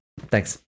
Thanks